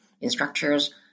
instructors